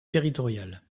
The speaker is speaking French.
territoriale